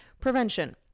prevention